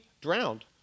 drowned